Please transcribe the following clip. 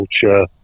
culture